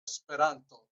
esperanto